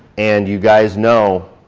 and you guys know